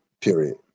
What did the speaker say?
period